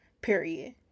period